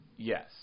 Yes